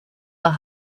the